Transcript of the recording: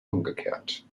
umgekehrt